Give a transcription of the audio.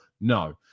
No